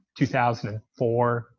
2004